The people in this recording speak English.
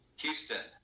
houston